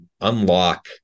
unlock